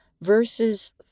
verses